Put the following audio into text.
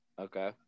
okay